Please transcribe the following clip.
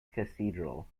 cathedral